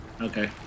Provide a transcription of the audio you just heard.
Okay